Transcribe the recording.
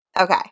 Okay